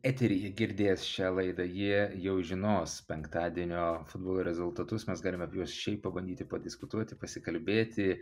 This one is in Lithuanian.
eteryje girdės šią laidą jie jau žinos penktadienio futbolo rezultatus mes galime apie juos šiaip pabandyti padiskutuoti pasikalbėti